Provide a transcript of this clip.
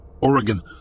Oregon